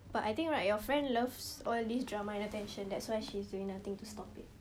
but I think right your friend loves all this drama and attention that's why she's doing nothing to stop it